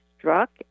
Struck